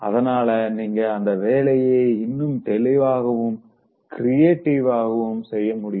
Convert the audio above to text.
அதனால நீங்க அந்த வேலைய இன்னும் தெளிவாகவும் கிரியேட்டிவாகவும் செய்ய முடியும்